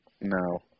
No